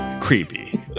creepy